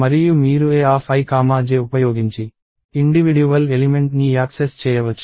మరియు మీరు Aij ఉపయోగించి ఇండివిడ్యువల్ ఎలిమెంట్ ని యాక్సెస్ చేయవచ్చు